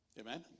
Amen